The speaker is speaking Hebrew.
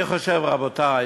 אני חושב, רבותי,